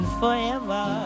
forever